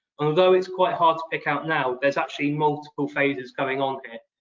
although it's quite hard to pick out now, there's actually multiple phases going on